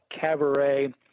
cabaret